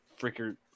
freaker